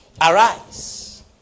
Arise